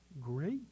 great